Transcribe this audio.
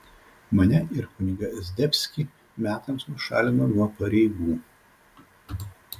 mane ir kunigą zdebskį metams nušalino nuo pareigų